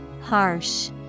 Harsh